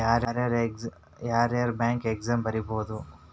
ಯಾರ್ಯಾರ್ bank exam ಬರಿಬೋದು